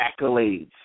accolades